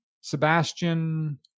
Sebastian